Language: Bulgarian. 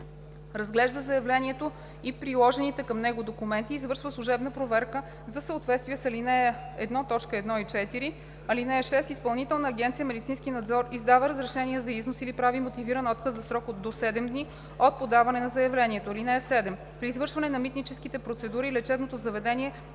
разглежда заявлението и приложените към него документи и извършва служебна проверка за съответствие с ал. 1, т. 1 и 4. (6) Изпълнителна агенция „Медицински надзор“ издава разрешение за износ или прави мотивиран отказ в срок до 7 дни от подаване на заявлението. (7) При извършване на митническите процедури лечебното заведение